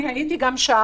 אני גם הייתי שם,